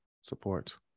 support